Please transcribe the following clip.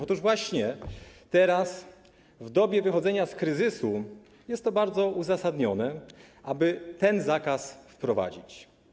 Otóż właśnie teraz, w dobie wychodzenia z kryzysu, jest bardzo uzasadnione, aby ten zakaz wprowadzić.